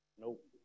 Nope